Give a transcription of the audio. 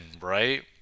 right